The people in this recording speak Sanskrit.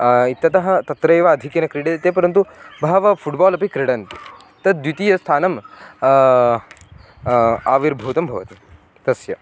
इत्यतः तत्रैव आधिक्येन क्रीड्यते ते परन्तु बहवः फ़ुट्बाल् अपि क्रीडन्ति तत् द्वितीयस्थानं आविर्भूतं भवति तस्य